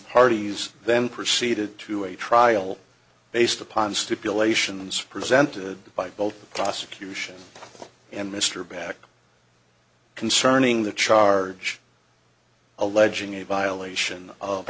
parties then proceeded to a trial based upon stipulations presented by both the prosecution and mr beck concerning the charge alleging a violation of